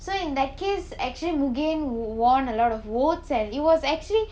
so in that case actually mugen won a lot of votes and it was actually